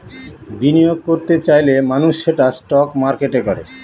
বিনিয়োগ করত চাইলে মানুষ সেটা স্টক মার্কেটে করে